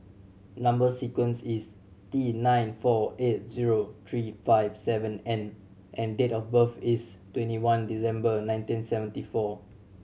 number sequence is T nine four eight zero three five seven N and date of birth is twenty one December nineteen seventy four